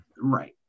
Right